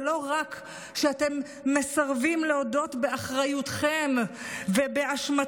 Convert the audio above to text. ולא רק שאתם מסרבים להודות באחריותכם ובאשמתכם,